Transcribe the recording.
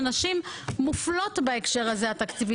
אתה בא עם הארסנל של מה שצברת לאורך הדרך ובארסנל הזה הנשים מוחלשות.